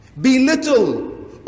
belittle